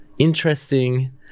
interesting